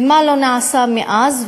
ומה לא נעשה מאז,